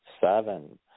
seven